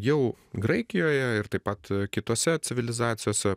jau graikijoje ir taip pat kitose civilizacijose